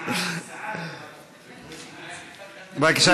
ואלכ, אני, משהו אחד לא הצלחתי להבין.